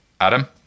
Adam